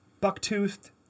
buck-toothed